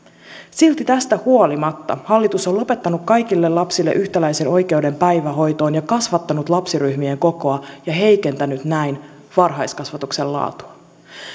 silti tästä huolimatta hallitus on lopettanut kaikille lapsille yhtäläisen oikeuden päivähoitoon ja kasvattanut lapsiryhmien kokoa ja heikentänyt näin varhaiskasvatuksen laatua